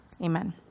Amen